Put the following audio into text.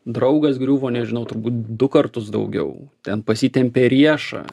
draugas griuvo nežinau turbūt du kartus daugiau ten pasitempė riešą